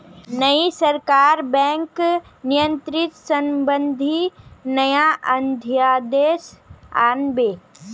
नई सरकार बैंक नियंत्रण संबंधी नया अध्यादेश आन बे